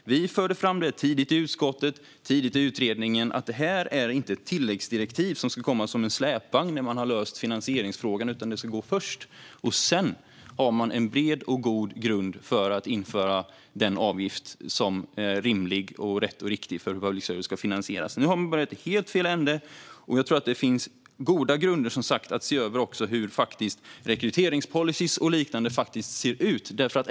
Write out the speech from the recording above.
Vi förde fram tidigt i utskottet och tidigt i utredningen att detta inte är ett tilläggsdirektiv som ska komma som en släpvagn när man har löst finansieringsfrågan, utan detta ska gå först. Sedan har man en bred och god grund för att införa den avgift som är rimlig, rätt och riktig för hur public service ska finansieras. Nu har man börjat i helt fel ände. Jag tror som sagt att det finns goda grunder för att se över också hur rekryteringspolicyer och liknande ser ut.